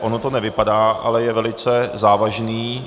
Ono to nevypadá, ale je velice závažný.